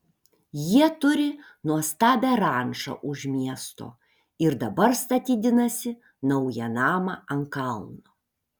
jie turi nuostabią rančą už miesto ir dabar statydinasi naują namą ant kalno